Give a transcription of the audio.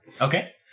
Okay